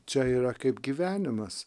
čia yra kaip gyvenimas